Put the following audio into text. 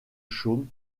chaume